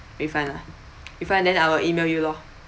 refund ah refund then I will email you loh